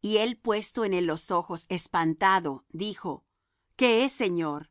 y él puestos en él los ojos espantado dijo qué es señor